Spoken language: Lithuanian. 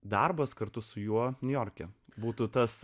darbas kartu su juo niujorke būtų tas